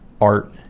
art